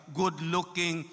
good-looking